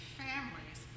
families